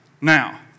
Now